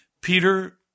Peter